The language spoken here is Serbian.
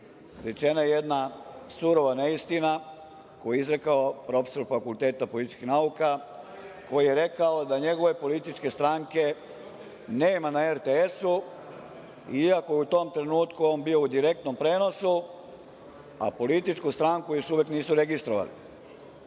rečena jedna surova neistina koju je izrekao profesor fakulteta političkih nauka, koji je rekao da njegove političke stranke nema na RTS-u, iako je u tom trenutku on bio u direktnom prenosu, a političku stranku još uvek nisu registrovali.